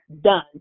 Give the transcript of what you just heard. done